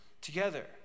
together